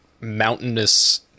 mountainous